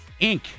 Inc